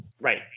Right